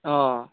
অ'